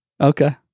Okay